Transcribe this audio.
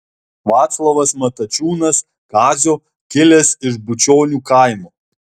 vaclovas matačiūnas kazio kilęs iš bučionių kaimo